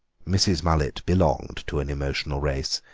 mrs. mullet belonged to an emotional race,